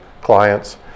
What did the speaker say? clients